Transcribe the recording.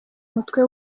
mutwe